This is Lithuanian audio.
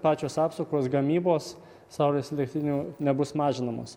pačios apsukos gamybos saulės elektrinių nebus mažinamos